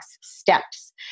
steps